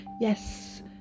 Yes